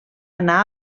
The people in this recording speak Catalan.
anar